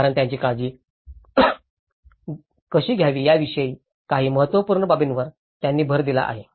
आणि त्यांची काळजी कशी घ्यावी याविषयी काही महत्त्वपूर्ण बाबींवर त्यांनी भर दिला आहे